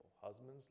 husbands